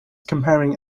comparing